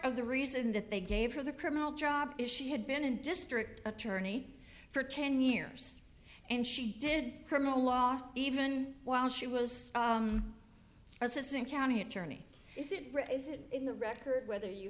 of the reason that they gave her the criminal job is she had been in district attorney for ten years and she did criminal law for even while she was assistant county attorney is it is it in the record whether you